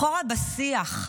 אחורה בשיח,